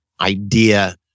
idea